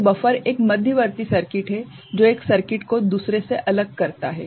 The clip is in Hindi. तो बफर एक मध्यवर्ती सर्किट है जो एक सर्किट को दूसरे से अलग करता है